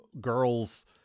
girl's